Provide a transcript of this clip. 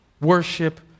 worship